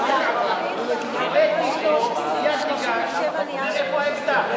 אבל תיכף אני אכריז ואז אני אענה לך.